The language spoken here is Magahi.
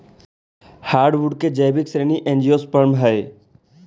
हार्डवुड के जैविक श्रेणी एंजियोस्पर्म हइ